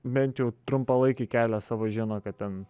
bent jau trumpalaikį kelią savo žino kad ten